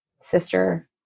sister